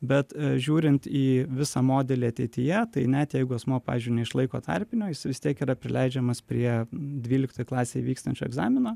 bet žiūrint į visą modelį ateityje tai net jeigu asmuo pavyzdžiui neišlaiko tarpinio jis vis tiek yra prileidžiamas prie dvyliktoj klasėj vykstančio egzamino